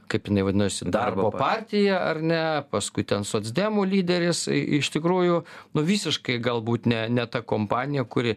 kaip jinai vadinosi darbo partija ar ne paskui ten socdemų lyderis iš tikrųjų nu visiškai galbūt ne ne ta kompanija kuri